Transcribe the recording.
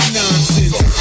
nonsense